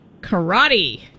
Karate